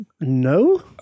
No